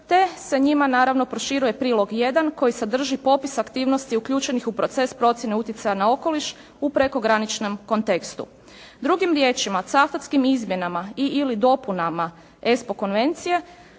te se njima naravno proširuje prilog 1 koji sadrži popis aktivnosti uključenih u proces procjene utjecaja na okoliš u prekograničnom kontekstu. Drugim riječima cavtatskim izmjenama i, ili dopunama Espo konvencije